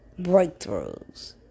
breakthroughs